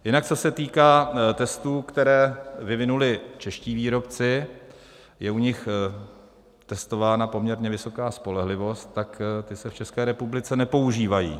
Jinak co se týká testů, které vyvinuli čeští výrobci, je u nich testována poměrně vysoká spolehlivost, tak ty se v České republice nepoužívají.